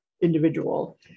individual